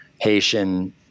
Haitian